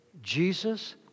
Jesus